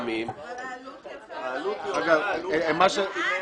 נראה לי סביר לחלוטין וזאת הפשרה שהגענו אליה.